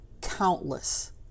countless